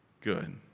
good